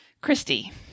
Christy